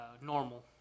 normal